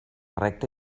recta